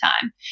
time